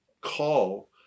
call